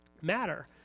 matter